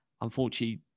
unfortunately